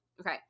okay